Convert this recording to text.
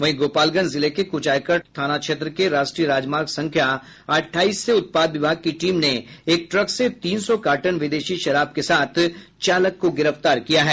वहीं गोपालगंज जिले के कुचायकोट थाना क्षेत्र के राष्ट्रीय राजमार्ग संख्या अट्ठाईस से उत्पाद विभाग की टीम ने एक ट्रक से तीन सौ कार्टन विदेशी शराब के साथ चालक को गिरफ्तार किया है